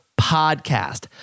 podcast